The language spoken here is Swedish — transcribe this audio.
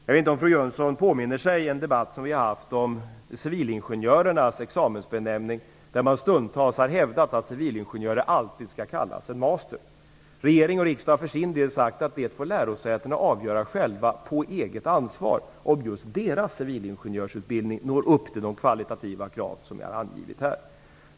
Jag vet inte om fru Jönsson påminner sig en debatt som vi fört om civilingenjörernas examensbenämning, där man stundtals har hävdat att civilingenjörer alltid skall kallas ''masters''. Regering och riksdag har för sin del sagt att lärosätena får avgöra själva på eget ansvar om just deras civilingenjörsutbildning motsvarar de kvalitativa krav som jag har angivit här.